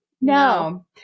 No